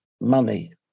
money